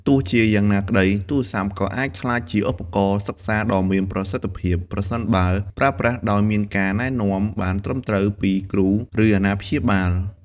ទោះជាយ៉ាងនេះក្ដី ទូរស័ព្ទក៏អាចក្លាយជាឧបករណ៍សិក្សាដ៏មានប្រសិទ្ធភាព ប្រសិនបើប្រើប្រាស់ដោយមានការណែនាំបានត្រឹមត្រូវពីគ្រូ ឬអាណាព្យាបាល។